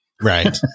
Right